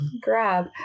grab